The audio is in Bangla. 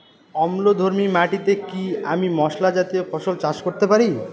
অম্লধর্মী মাটিতে কি আমি মশলা জাতীয় ফসল চাষ করতে পারি?